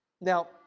Now